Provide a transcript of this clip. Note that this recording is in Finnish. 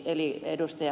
eli ed